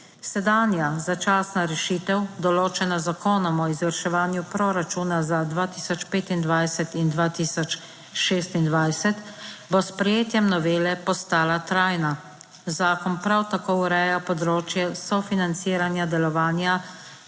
Sedanja začasna rešitev, določena z Zakonom o izvrševanju proračuna za 2025 in 2026 bo s sprejetjem novele postala trajna. Zakon prav tako ureja področje sofinanciranja delovanja